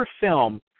film